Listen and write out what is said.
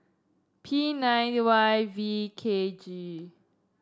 P nine Y V K G